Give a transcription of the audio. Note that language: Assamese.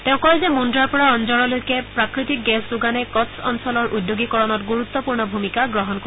তেওঁ কয় যে মুদ্ৰাৰ পৰা অনজৰলৈকে প্ৰাকৃতিক গেছ যোগানে কট্ছ অঞ্চলৰ উদ্যোগীকৰণত গুৰুত্বপূৰ্ণ ভূমিকা গ্ৰহণ কৰিব